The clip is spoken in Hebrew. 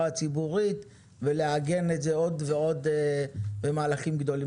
הציבורית ולעגן את זה במהלכים גדולים.